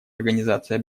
организацией